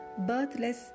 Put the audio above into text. birthless